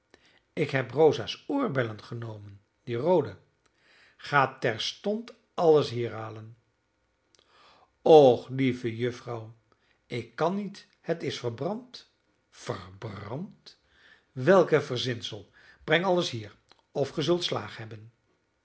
ik heb rosa's oorbellen genomen die roode ga terstond alles hier halen och lieve juffrouw ik kan niet het is verbrand verbrand welk een verzinsel breng alles hier of ge zult slaag hebben